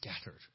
scattered